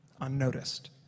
unnoticed